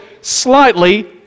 slightly